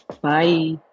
Bye